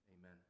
amen